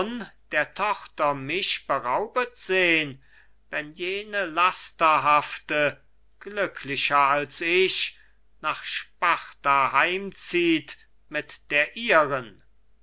der tochter mich beraubet sehn wenn jene lasterhafte glücklicher als ich nach sparta heimzieht mit der ihren